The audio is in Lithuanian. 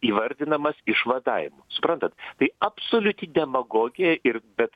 įvardinamas išvadavimu suprantat tai absoliuti demagogija ir bet